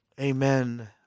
Amen